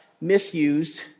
misused